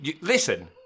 Listen